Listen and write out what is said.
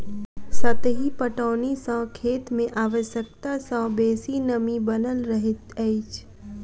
सतही पटौनी सॅ खेत मे आवश्यकता सॅ बेसी नमी बनल रहैत अछि